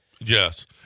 Yes